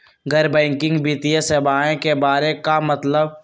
गैर बैंकिंग वित्तीय सेवाए के बारे का मतलब?